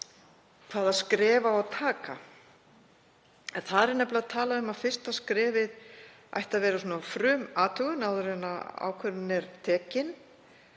hvaða skref á að taka. Þar er nefnilega talað um að fyrsta skrefið ætti að vera frumathugun áður en ákvörðun er tekin.